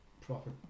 proper